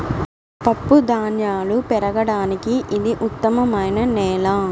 పప్పుధాన్యాలు పెరగడానికి ఇది ఉత్తమమైన నేల